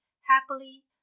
Happily